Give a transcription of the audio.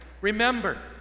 Remember